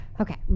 okay